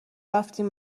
رفتیم